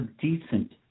decent